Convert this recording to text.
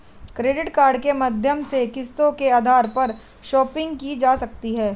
credit card के माध्यम से किस्तों के आधार पर शापिंग की जा सकती है